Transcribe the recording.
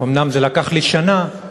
אומנם זה לקח לי שנה,